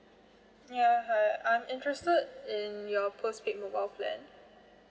ya hi I'm interested in your postpaid mobile plan